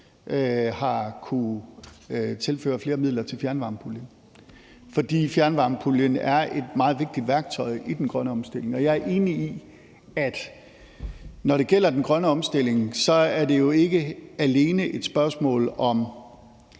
har kunnet tilføre flere midler til fjernvarmepuljen. For fjernvarmepuljen er et meget vigtigt værktøj i den grønne omstilling, og jeg er enig i, at når det gælder den grønne omstilling, er det jo ikke alene et spørgsmål om